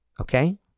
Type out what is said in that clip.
okay